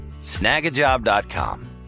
snagajob.com